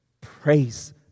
Praise